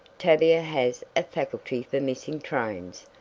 tavia has a faculty for missing trains.